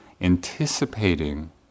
anticipating